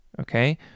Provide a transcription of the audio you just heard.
okay